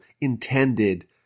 intended